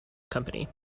company